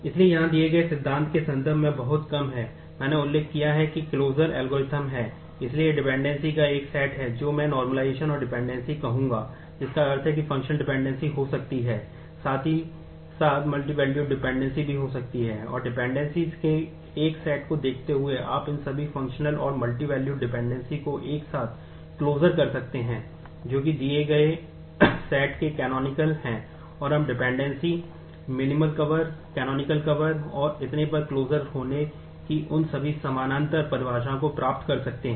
इसलिए यहां दिए गए सिद्धांत के संदर्भ में बहुत कम है मैंने उल्लेख किया है कि क्लोसर होने की उन सभी समानांतर परिभाषाओं को प्राप्त कर सकते हैं